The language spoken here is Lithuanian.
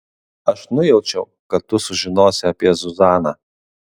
aš nujaučiau kad tu sužinosi apie zuzaną